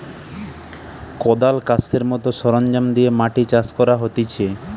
কদাল, কাস্তের মত সরঞ্জাম দিয়ে মাটি চাষ করা হতিছে